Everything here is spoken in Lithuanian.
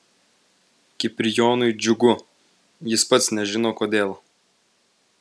kiprijonui džiugu jis pats nežino kodėl